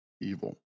evil